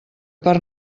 per